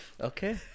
Okay